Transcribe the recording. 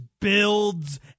builds